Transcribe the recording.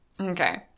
Okay